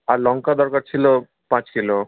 আর লঙ্কা দরকার ছিলো পাঁচ কিলো